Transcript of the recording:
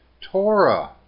Torah